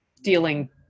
dealing